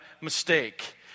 mistake